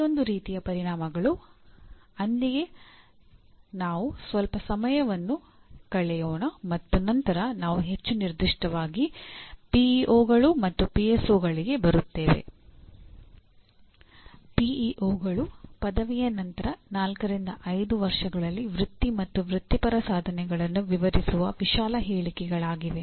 ಪ್ರತಿಯೊಂದು ರೀತಿಯ ಪರಿಣಾಮಗಳೊಂದಿಗೆ ನಾವು ಸ್ವಲ್ಪ ಸಮಯವನ್ನು ಕಳೆಯೋಣ ಮತ್ತು ನಂತರ ನಾವು ಹೆಚ್ಚು ನಿರ್ದಿಷ್ಟವಾಗಿ ಪಿಇಒಗಳು ಪದವಿಯ ನಂತರ ನಾಲ್ಕರಿಂದ ಐದು ವರ್ಷಗಳಲ್ಲಿ ವೃತ್ತಿ ಮತ್ತು ವೃತ್ತಿಪರ ಸಾಧನೆಗಳನ್ನು ವಿವರಿಸುವ ವಿಶಾಲ ಹೇಳಿಕೆಗಳಾಗಿವೆ